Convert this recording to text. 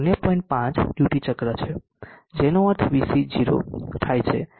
5 duty ચક્ર છે જેનો અર્થ VC થાય છે